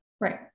Right